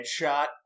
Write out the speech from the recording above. headshot